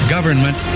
Government